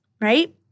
Right